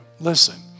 Listen